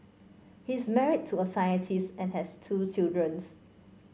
he is married to a scientist and has two children